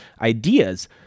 ideas